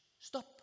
stop